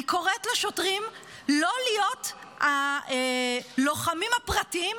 אני קוראת לשוטרים לא להיות הלוחמים הפרטיים,